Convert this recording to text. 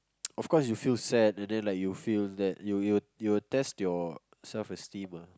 of course you feel sad and then like you feel that you you will test your self esteem ah